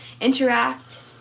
interact